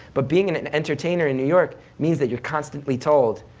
but being an an entertainer in new york means that you're constantly told,